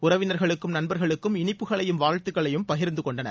உறவினர்களுக்கும் நண்பர்களுக்கும் இனிப்புகளையும் வாழ்த்துக்களையும் பகிர்ந்து கொண்டனர்